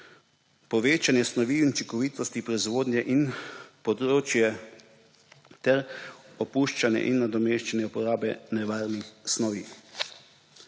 povečanje snovne učinkovitosti proizvodnje in potrošnje ter opuščanje in nadomeščanja uporabe nevarnih snovi.